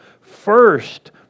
first